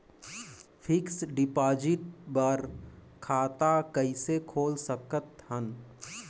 Fixed deposit बर खाता कइसे खोल सकत हन?